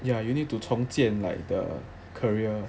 ya you need to 从建 like the career